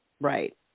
right